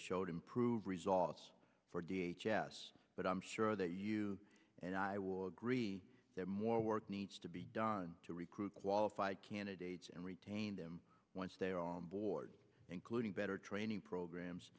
showed improve results for d h s but i'm sure that you and i will agree that more work needs to be done to recruit qualified candidates and retain them once they are on board including better training programs